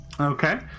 Okay